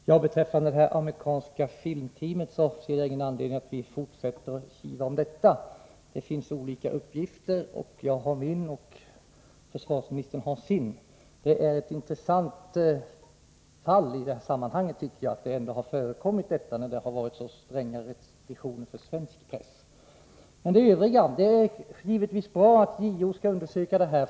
Herr talman! Jag ser inte någon anledning till att vi skall fortsätta att kivas om hur det förhåller sig beträffande det amerikanska filmteamet. Det finns olika uppgifter — jag har min, och försvarsministern har sin. Det är trots allt intressant, om min uppgift är den rätta, att sådant här har fått förekomma, när man har tillämpat så stränga restriktioner för svensk press. Det är givetvis bra att JO skall undersöka detta.